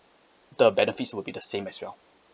the benefits will be the same as well